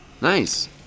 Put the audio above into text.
Nice